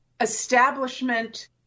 establishment